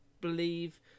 believe